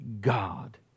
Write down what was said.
God